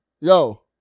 Yo